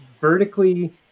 vertically